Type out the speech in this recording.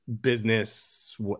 business